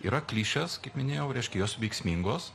yra klišės kaip minėjau reiškia jos veiksmingos